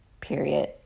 period